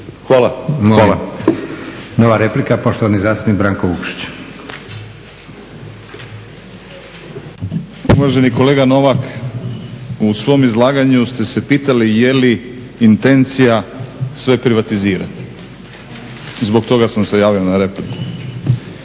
Branko (Hrvatski laburisti - Stranka rada)** Uvaženi kolega Novak, u svome izlaganju ste se pitali je li intencija sve privatizirati. Zbog toga sam se javio na repliku.